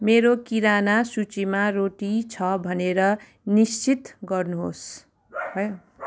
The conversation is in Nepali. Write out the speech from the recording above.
मेरो किराना सूचीमा रोटी छ भनेर निश्चित गर्नुहोस्